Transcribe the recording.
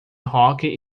hóquei